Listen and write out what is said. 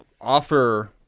offer